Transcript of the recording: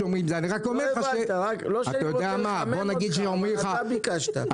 אני רק אומר -- לא שאני רוצה להקניט אותך אתה ביקשת.